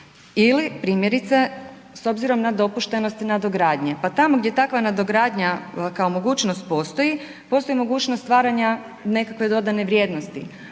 ili primjerice s obzirom na dopuštenosti nadogradnje. Pa tamo gdje takva nadogradnja kao mogućnost postoji, postoji mogućnost stvaranja nekakve dodane vrijednosti,